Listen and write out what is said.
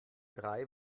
drei